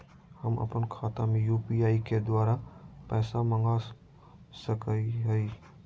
हम अपन खाता में यू.पी.आई के द्वारा पैसा मांग सकई हई?